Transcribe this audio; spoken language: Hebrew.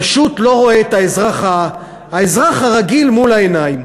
פשוט לא רואה את האזרח הרגיל מול העיניים.